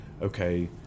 okay